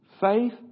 Faith